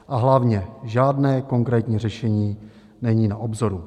A hlavně žádné konkrétní řešení není na obzoru.